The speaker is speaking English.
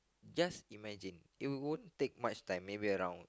just imagine it won't take much time maybe around